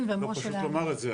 צריך פשוט לומר את זה,